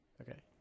Okay